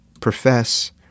profess